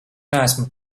neesmu